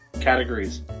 Categories